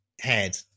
head